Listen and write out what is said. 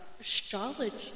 Astrology